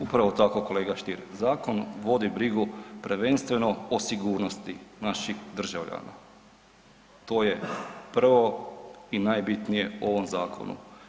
Upravo tako kolega Stier, zakon vodi brigu prvenstveno o sigurnosti naših državljana, to je prvo i najbitnije u ovom zakonu.